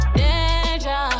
danger